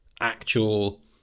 actual